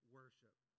worship